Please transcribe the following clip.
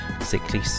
Sickly